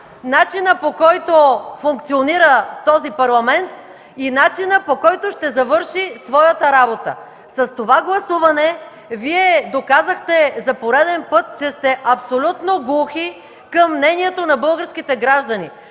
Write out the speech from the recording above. начинът, по който функционира този парламент, и начинът, по който ще завърши своята работа. С това гласуване Вие доказахте за пореден път, че сте абсолютно глухи към мнението на българските граждани,